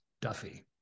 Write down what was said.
Duffy